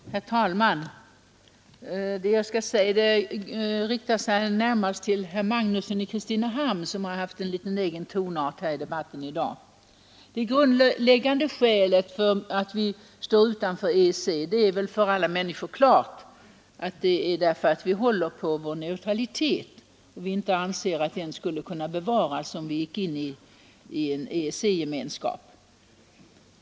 Herr talman! Det jag skall säga riktar sig närmast till herr Magnusson i Kristinehamn som haft en egen tonart i debatten i dag. Det grundläggande skälet till att vi står utanför EEC är väl klart för alla människor; vi håller på vår neutralitet och anser att den inte skulle bevaras om vi ginge in i en EEC-gemenskap.